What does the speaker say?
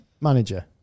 manager